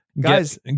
guys